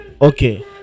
okay